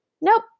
nope